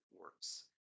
works